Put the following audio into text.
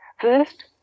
First